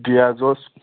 بیٚیہ حظ اوس